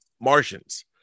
Martians